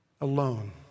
alone